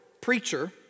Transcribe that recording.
preacher